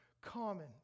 common